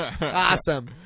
Awesome